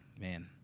man